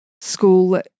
school